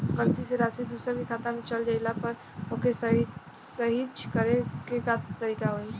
गलती से राशि दूसर के खाता में चल जइला पर ओके सहीक्ष करे के का तरीका होई?